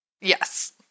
Yes